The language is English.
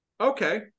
Okay